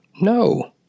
No